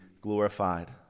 glorified